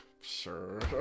sure